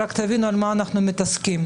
זה לא רק לשפוך את התינוק עם המים, זה